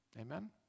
Amen